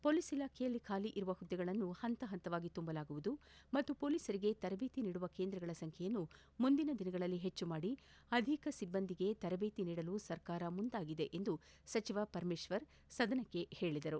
police ಇಲಾಖೆಯಲ್ಲಿ ಖಾಲಿ ಇರುವ ಹುದ್ದೆಗಳನ್ನು ಹಂತಹಂತವಾಗಿ ತುಂಬಲಾಗುವುದು ಮತ್ತು ಪೊಲೀಸರಿಗೆ ತರಜೇತಿ ನೀಡುವ ಕೇಂದ್ರಗಳ ಸಂಖ್ಣೆಯನ್ನು ಮುಂದಿನ ದಿನಗಳಲ್ಲಿ ಹೆಚ್ಚು ಮಾಡಿ ಅಧಿಕ ಸಿಬ್ಬಂದಿಗೆ ತರಜೇತಿ ನೀಡಲು ಸರ್ಕಾರ ಮುಂದಾಗಿದೆ ಎಂದು ಸಚಿವ ಪರಮೇಶ್ವರ್ ಸದನಕ್ಕೆ ಹೇಳಿದರು